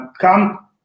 come